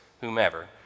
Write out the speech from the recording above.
whomever